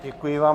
Děkuji vám.